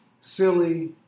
silly